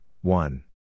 One